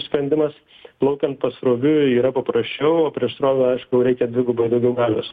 sprendimas plaukiant pasroviui yra paprasčiau o prieš srovę aišku reikia dvigubai daugiau galios